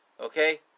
Okay